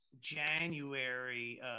January